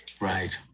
right